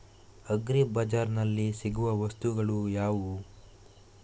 Agri ಬಜಾರ್ನಲ್ಲಿ ಸಿಗುವ ವಸ್ತುಗಳು ಯಾವುವು?